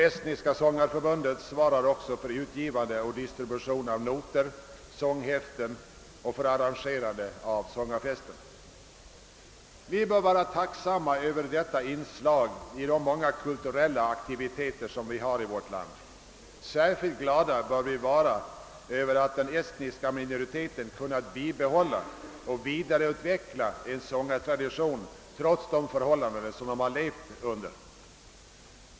Estniska sångarförbundet svarar också för utgivande och distribution av noter och sånghäften och för arrangerande av sångarfester. Vi bör vara tacksamma över detta inslag i de många kulturella aktiviteter vi har i vårt land. Särskilt glada bör vi vara Över att den estniska minoriteten kunnat bibehålla och vidareutveckla en sångartradition trots de förhållanden den har levt under.